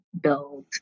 build